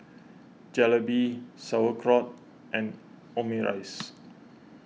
Jalebi Sauerkraut and Omurice